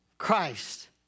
Christ